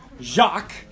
Jacques